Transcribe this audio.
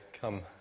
come